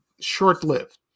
short-lived